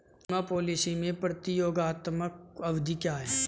बीमा पॉलिसी में प्रतियोगात्मक अवधि क्या है?